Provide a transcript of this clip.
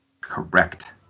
Correct